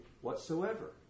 whatsoever